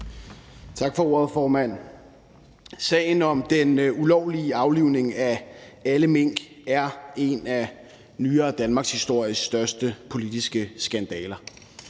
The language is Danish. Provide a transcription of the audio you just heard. Tak for ordet, formand. Sagen om den ulovlige aflivning af alle mink er en af den nyere danmarkshistories største politiske skandaler.